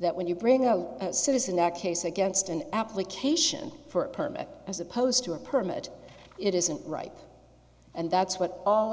that when you bring a citizen that case against an application for a permit as opposed to a permit it isn't right and that's what all